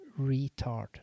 retard